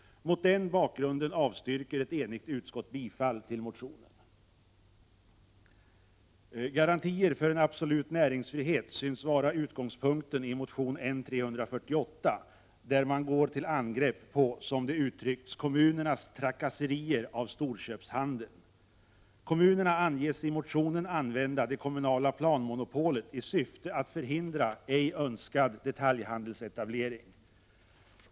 Mot denna bakgrund avstyrker ett enigt utskott bifall till motionen. Garantier för en absolut näringsfrihet synes vara utgångspunkten i motion N348, där man går till angrepp på, som det uttrycks, kommunernas trakasserier av storköpshandeln. Kommunerna anges i motionen använda det kommunala planmonopolet i syfte att förhindra ej önskad detaljhandelsetablering.